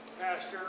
Pastor